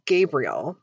Gabriel